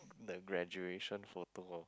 the graduation photo